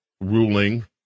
ruling